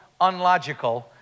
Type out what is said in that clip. unlogical